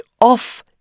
off